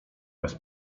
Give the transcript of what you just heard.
bez